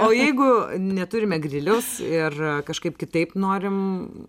o jeigu neturime griliaus ir kažkaip kitaip norim